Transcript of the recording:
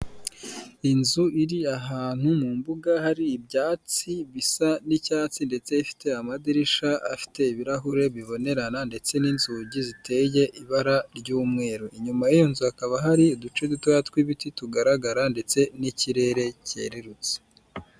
Inzu iri ahantu mu mbuga hari ibyatsi bisa n'icyatsi ndetse ifite amadirisha afite ibirahure bibonerana ndetse n'inzugi ziteye ibara ry'umweru, inyuma y'iyo nzu hakaba hari uduce dutoya tw'ibiti tugaragara ndetse n'ikirere cyererutse.